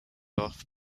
off